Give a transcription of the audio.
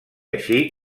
així